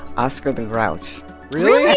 oscar the grouch really?